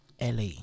LA